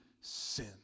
sin